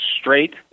straight